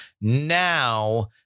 now